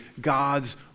God's